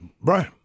Right